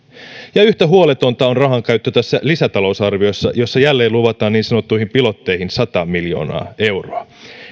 yhtä huoletonta on rahankäyttö tässä lisätalousarviossa jossa jälleen luvataan niin sanottuihin pilotteihin sata miljoonaa euroa